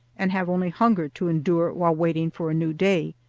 and have only hunger to endure while waiting for a new day?